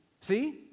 See